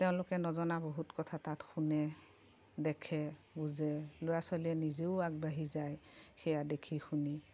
তেওঁলোকে নজনা বহুত কথা তাত শুনে দেখে বুজে ল'ৰা ছোৱালীয়ে নিজেও আগবাঢ়ি যায় সেয়া দেখি শুনি